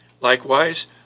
Likewise